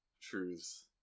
truths